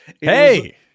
Hey